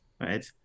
right